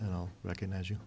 know recognize you